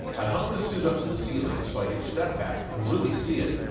i hung the suit from the ceiling, so i could step back and really see it.